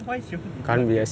why she want to do until